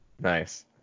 Nice